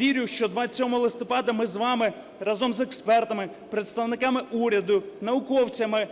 Вірю, що 27 листопада ми з вами разом з експертами, представниками уряду, науковцями…